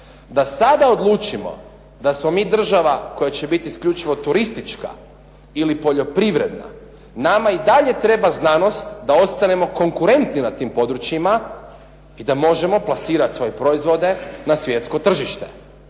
Da sada odlučimo da smo mi država koja će biti isključivo turistička ili poljoprivredna, nama i dalje treba znanost da ostanemo konkurentni na tim područjima i da možemo plasirati svoje proizvode na svjetsko tržište.